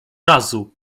razu